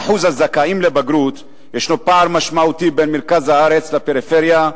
בשיעור הזכאים לבגרות ישנו פער משמעותי בין מרכז הארץ לפריפריה.